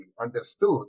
understood